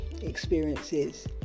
experiences